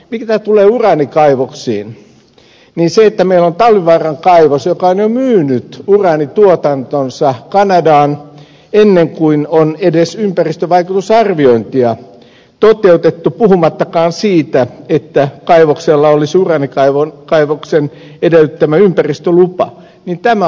mitä tulee uraanikaivoksiin niin se että meillä on talvivaaran kaivos joka on jo myynyt uraanituotantonsa kanadaan ennen kuin on edes ympäristövaikutusarviointia toteutettu puhumattakaan siitä että kaivoksella olisi uraanikaivoksen edellyttämä ympäristölupa on todellakin kummallista